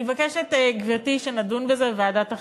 אני מבקשת, גברתי, שנדון בזה בוועדת החינוך.